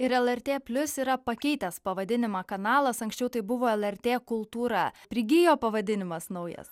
ir lrt plius yra pakeitęs pavadinimą kanalas anksčiau tai buvo lrt kultūra prigijo pavadinimas naujas